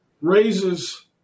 raises